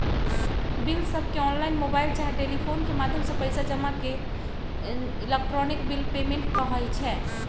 बिलसबके online, mobile चाहे telephone के माध्यम से पइसा जमा के इलेक्ट्रॉनिक बिल पेमेंट कहई छै